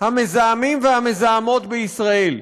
המזהמים והמזהמות בישראל,